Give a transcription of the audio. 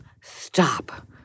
stop